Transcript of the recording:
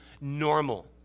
normal